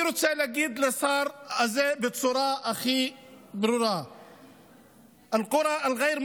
אני רוצה להגיד לשר הזה בצורה הכי ברורה: (אומר דברים בשפה הערבית,